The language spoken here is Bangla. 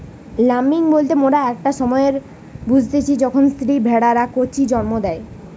ল্যাম্বিং বলতে মোরা একটা সময়কে বুঝতিচী যখন স্ত্রী ভেড়ারা কচি জন্ম দেয়